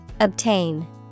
Obtain